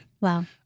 Wow